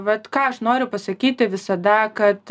vat ką aš noriu pasakyti visada kad